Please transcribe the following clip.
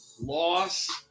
loss